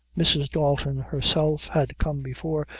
mrs. dalton herself had come before,